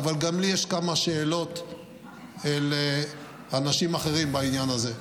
אבל לי יש כמה שאלות גפ אל אנשים אחרים בעניין הזה.